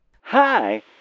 Hi